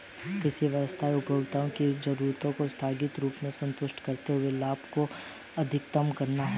कृषि व्यवसाय उपभोक्ताओं की जरूरतों को स्थायी रूप से संतुष्ट करते हुए लाभ को अधिकतम करना है